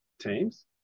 teams